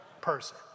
person